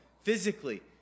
physically